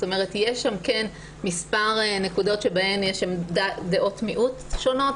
יש שם מספר נקודות שבהן יש דעות מיעוט שונות,